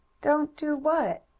don't do what?